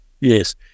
Yes